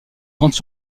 grandes